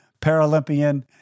Paralympian